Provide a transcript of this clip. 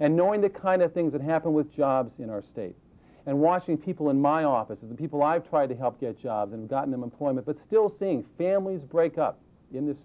and knowing the kind of things that happen with jobs in our state and watching people in my office of the people i've tried to help get jobs and gotten them employment but still seeing families break up in this